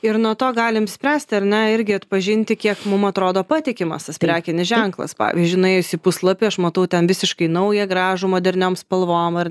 ir nuo to galim spręsti ar ne irgi atpažinti kiek mum atrodo patikimas tas prekinis ženklas pavyzdžiui nuėjus į puslapį aš matau ten visiškai naują gražų moderniom spalvom ar